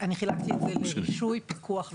חילקתי את זה לרישוי, פיקוח ואכיפה,